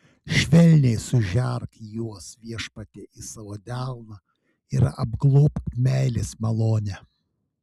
švelniai sužerk juos viešpatie į savo delną ir apglobk meilės malone